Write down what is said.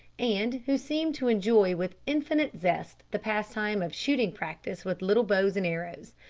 and who seemed to enjoy with infinite zest the pastime of shooting-practice with little bows and arrows.